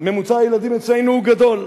ממוצע הילדים אצלנו הוא גדול.